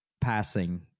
passing